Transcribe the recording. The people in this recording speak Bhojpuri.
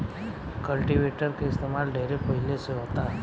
कल्टीवेटर के इस्तमाल ढेरे पहिले से होता